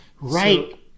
Right